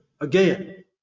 again